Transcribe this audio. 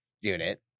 unit